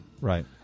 Right